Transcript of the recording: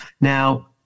Now